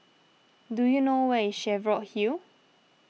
do you know where is Cheviot Hill